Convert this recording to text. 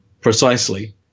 Precisely